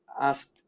asked